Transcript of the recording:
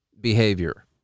behavior